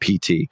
PT